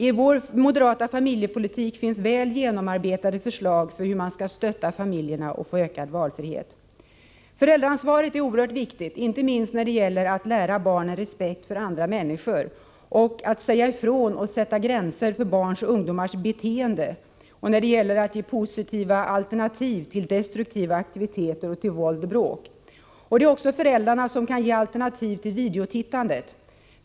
I vår moderata familjepolitik finns väl genomarbetade förslag till hur man skall stötta familjerna och ge ökad valfrihet. Föräldraansvaret är oerhört viktigt, inte minst när det gäller att lära barnen respekt för andra människor och att säga ifrån och sätta gränser för barns och ungdomars beteende och när det gäller att ge positiva alternativ till destruktiva aktiviteter, till våld och till bråk. Det är också föräldrarna som kan ge alternativ till videotittandet.